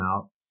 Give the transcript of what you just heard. out